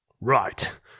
Right